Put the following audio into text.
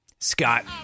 Scott